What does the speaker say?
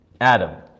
Adam